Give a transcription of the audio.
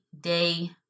day